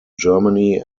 germany